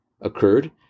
occurred